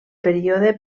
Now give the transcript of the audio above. període